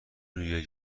روی